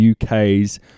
UK's